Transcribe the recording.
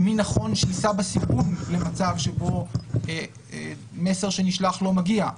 מי נכון שיישא בסיכון במצב שבו מסר שנשלח לא מגיע?